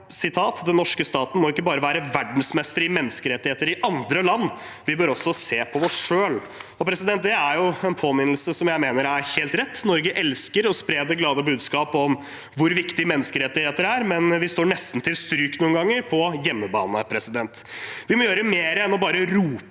Den norske staten må ikke bare være verdensmester i menneskerettigheter i andre land, vi bør også se på oss selv. Det er en påminnelse som jeg mener er helt rett. Norge elsker å spre det glade budskap om hvor viktig menneskerettigheter er, men vi står noen ganger nesten til stryk på hjemmebane. Vi må gjøre mer enn bare å rope